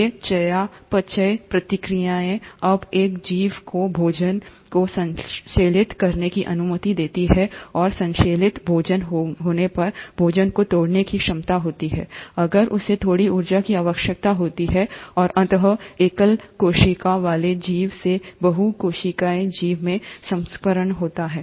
ये चयापचय प्रतिक्रियाएं अब एक जीव को भोजन को संश्लेषित करने की अनुमति देती हैं और संश्लेषित भोजन होने पर भोजन को तोड़ने की क्षमता होती है अगर उसे थोड़ी ऊर्जा की आवश्यकता होती है और अंततः एकल कोशिका वाले जीव से बहु कोशिकीय जीव में संक्रमण होता है